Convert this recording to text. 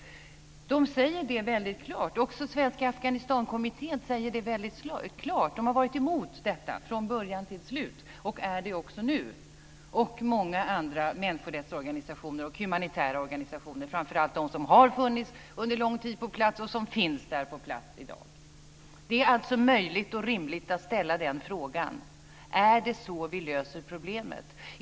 De säger detta väldigt klart. Också Svenska Afghanistankommittén säger detta klart - man har varit emot detta från början till slut och är det också nu. Det gäller också många andra människorättsorganisationer och humanitära organisationer, framför allt de som har funnits på plats under lång tid och som finns där på plats i dag. Det är alltså möjligt och rimligt att ställa frågan: Är det så vi löser problemet?